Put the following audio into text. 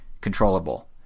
controllable